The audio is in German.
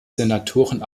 senatoren